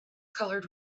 colored